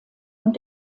und